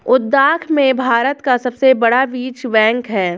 लद्दाख में भारत का सबसे बड़ा बीज बैंक है